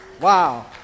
Wow